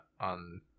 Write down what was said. on